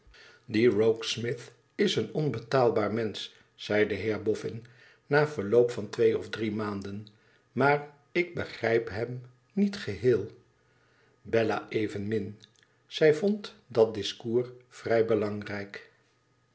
die rokesmith is een onbetaalbaar mensch zei de heer bofhn na verloop van twee of drie maanden t maar ik begrijp hem niet geheel bella evenmin zij vond dat discours vrij belangrijk